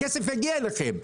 הכסף יגיע אליכם.